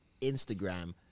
Instagram